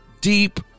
deep